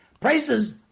prices